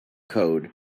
code